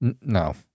No